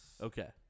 Okay